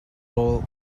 all